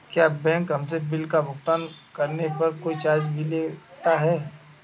क्या बैंक हमसे बिल का भुगतान करने पर कोई चार्ज भी लेता है?